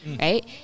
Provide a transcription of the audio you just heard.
Right